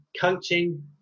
coaching